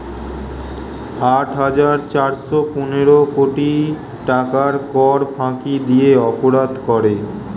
আট হাজার চারশ পনেরো কোটি টাকার কর ফাঁকি দিয়ে অপরাধ করে